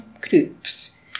groups